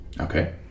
Okay